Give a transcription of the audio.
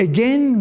Again